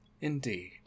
Indeed